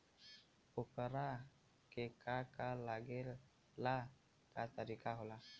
ओकरा के का का लागे ला का तरीका होला?